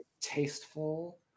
tasteful